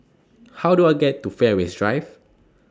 How Do I get to Fairways Drive